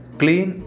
clean